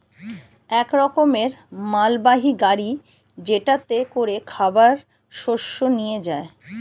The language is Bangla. এক রকমের মালবাহী গাড়ি যেটাতে করে খাবার শস্য নিয়ে যায়